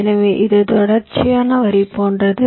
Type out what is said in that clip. எனவே இது தொடர்ச்சியான வரி போன்றது